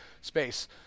space